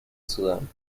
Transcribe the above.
sudán